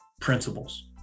principles